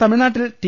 തമിഴ്നാട്ടിൽ ടി